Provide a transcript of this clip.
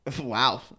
wow